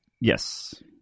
Yes